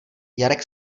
jarek